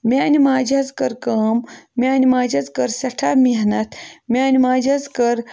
میٛانہِ ماجہِ حظ کٔر کٲم میٛانہِ ماجہِ حظ کٔر سٮ۪ٹھاہ محنت میٛانہِ ماجہِ حظ کٔر